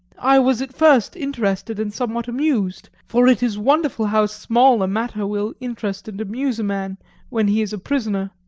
i was at first interested and somewhat amused, for it is wonderful how small a matter will interest and amuse a man when he is a prisoner.